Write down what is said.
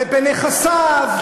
ובנכסיו,